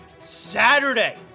Saturday